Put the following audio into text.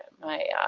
my